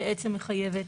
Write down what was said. היא בעצם מחייבת